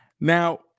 Now